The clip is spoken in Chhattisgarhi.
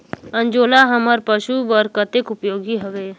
अंजोला हमर पशु बर कतेक उपयोगी हवे?